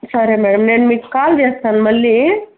సరే మేడం నేను మీకు కాల్ చేస్తాను మళ్లీ